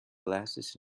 glasses